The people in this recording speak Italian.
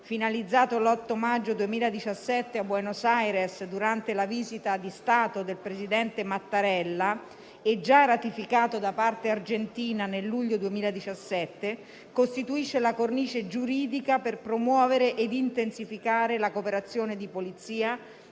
finalizzato l'8 maggio 2017 a Buenos Aires, durante la visita di Stato del presidente Mattarella, e già ratificato da parte Argentina nel luglio 2017, costituisce la cornice giuridica per promuovere e intensificare la cooperazione di polizia